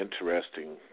interesting